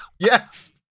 Yes